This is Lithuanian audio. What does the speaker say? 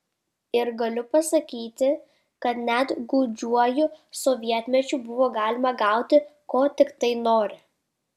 ir galiu pasakyti kad net gūdžiuoju sovietmečiu buvo galima gauti ko tiktai nori